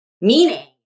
Meaning